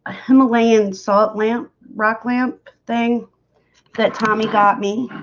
himalayan salt lamp rock lamp thing that tommy got me.